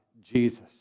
Jesus